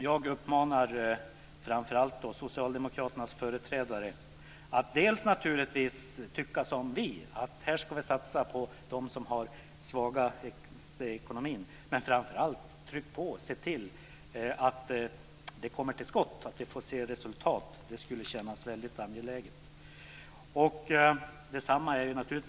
Jag uppmanar framför allt socialdemokraternas företrädare dels att tycka som vi, att vi ska satsa på dem som har svagast ekonomi, dels att se till att trycka på så att det kommer till skott och att vi får se resultat. Det känns väldigt angeläget.